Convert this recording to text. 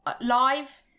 live-